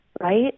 Right